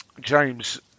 James